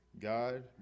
God